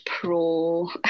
pro